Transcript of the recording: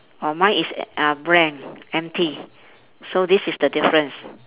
uh mine is uh brand empty so this is the difference